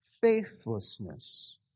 Faithlessness